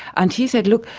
and he said, look,